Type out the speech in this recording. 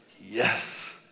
Yes